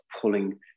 pulling